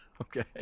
Okay